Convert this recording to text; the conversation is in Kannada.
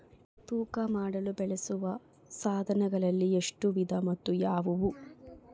ತೂಕ ಮಾಡಲು ಬಳಸುವ ಸಾಧನಗಳಲ್ಲಿ ಎಷ್ಟು ವಿಧ ಮತ್ತು ಯಾವುವು?